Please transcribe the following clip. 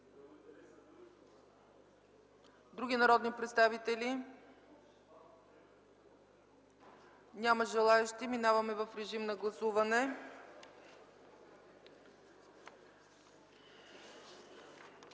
Други народни представители? Няма желаещи. Преминаваме към гласуване.